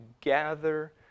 gather